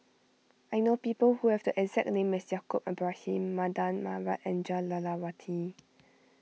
I know people who have the exact name as Yaacob Ibrahim Mardan Mamat and Jah Lelawati